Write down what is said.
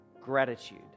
gratitude